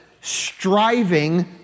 striving